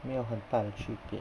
没有很大的区别